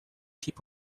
keep